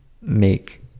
make